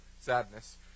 sadness